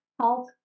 health